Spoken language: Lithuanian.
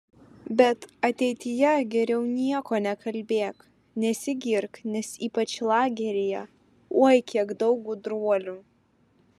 bet ateityje geriau nieko nekalbėk nesigirk nes ypač lageryje oi kiek daug gudruolių